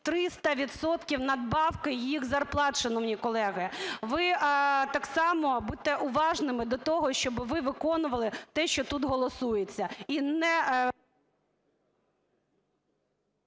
надбавки їх зарплат, шановні колеги. Ви так само будьте уважними до того, щоби ви виконували те, що тут голосується,